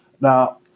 now